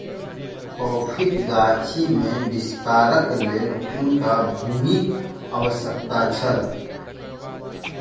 कॉफ़ीक गाछी में विस्तारक लेल हुनका भूमिक आवश्यकता छल